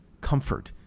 comfort.